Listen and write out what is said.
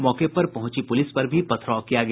मौके पर पहुंची पुलिस पर भी पथराव किया गया